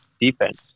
defense